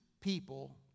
people